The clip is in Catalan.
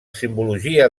simbologia